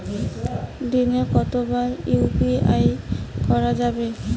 দিনে কতবার ইউ.পি.আই করা যাবে?